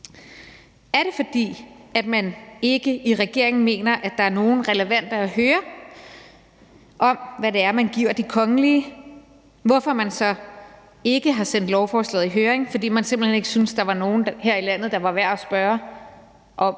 Er det, fordi man ikke i regeringen mener, at der er nogen relevante at høre om, hvad det er, man giver de kongelige, hvorfor man så ikke har sendt lovforslaget i høring, fordi man altså simpelt hen ikke synes, der var nogen her i landet, der var værd at spørge om